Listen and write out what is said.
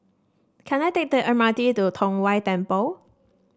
can I take the M R T to Tong Whye Temple